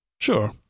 Sure